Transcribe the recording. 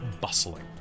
bustling